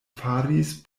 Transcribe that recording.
faris